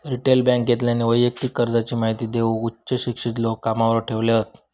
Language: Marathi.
रिटेल बॅन्केतल्यानी वैयक्तिक कर्जाची महिती देऊक उच्च शिक्षित लोक कामावर ठेवले हत